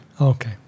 Okay